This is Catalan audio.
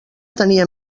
tenia